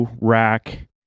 rack